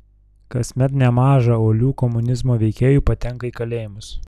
kasmet nemaža uolių komunizmo veikėjų patenka į kalėjimus